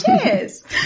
Cheers